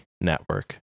network